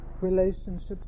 relationships